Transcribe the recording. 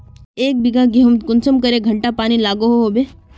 एक बिगहा गेँहूत कुंसम करे घंटा पानी लागोहो होबे?